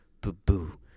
boo-boo